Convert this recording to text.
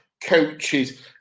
coaches